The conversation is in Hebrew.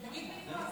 בבקשה.